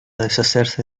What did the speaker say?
deshacerse